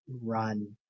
run